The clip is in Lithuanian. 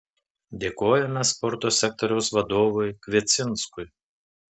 dėkojame sporto sektoriaus vadovui kviecinskui